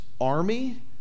army